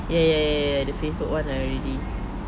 ya ya ya ya ya the Facebook one I already